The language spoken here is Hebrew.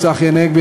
צחי הנגבי,